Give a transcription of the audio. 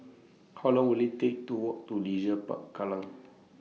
How Long Will IT Take to Walk to Leisure Park Kallang